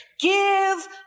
Give